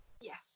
Yes